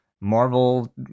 Marvel